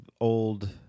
old